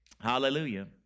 Hallelujah